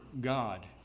God